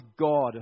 God